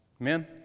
Amen